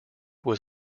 was